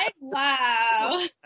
wow